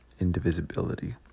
indivisibility